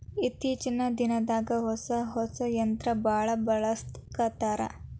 ಇತ್ತೇಚಿನ ದಿನದಾಗ ಹೊಸಾ ಹೊಸಾ ಯಂತ್ರಾ ಬಾಳ ಬಳಸಾಕತ್ತಾರ